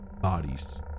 bodies